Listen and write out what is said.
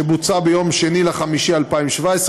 שבוצע ביום 2 במאי 2017,